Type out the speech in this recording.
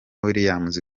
williams